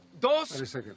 dos